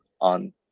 on